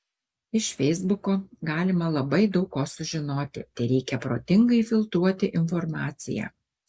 iš feisbuko galima labai daug ko sužinoti tereikia protingai filtruoti informaciją